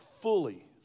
fully